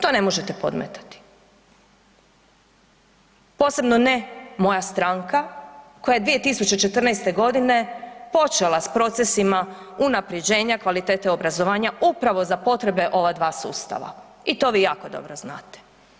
To ne možete podmetati, posebno ne moja stranka koja je 2014.g. počela s procesima unaprjeđenja kvalitete obrazovanja upravo za potrebe ova 2 sustava i to vi jako dobro znate.